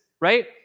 right